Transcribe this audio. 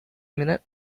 minute